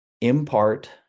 impart